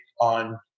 on